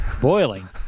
boiling